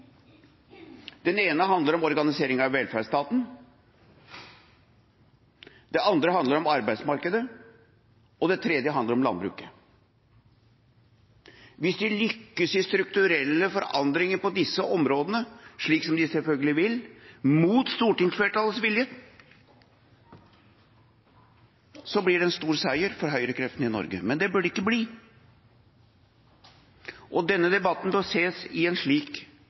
Den ene handler om organisering av velferdsstaten. Den andre handler om arbeidsmarkedet. Den tredje handler om landbruket. Hvis de lykkes i strukturelle forandringer på disse områdene, som de selvfølgelig vil, imot stortingsflertallets vilje, blir det en stor seier for høyrekreftene i Norge, men det bør det ikke bli. Denne debatten bør ses i en slik